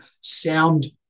sound